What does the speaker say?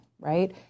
right